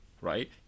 right